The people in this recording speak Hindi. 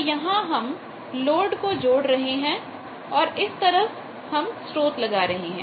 तो यहां हम लोड को जोड़ रहे हैं और इस तरफ हम स्रोत लगा रहे हैं